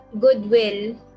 goodwill